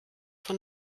von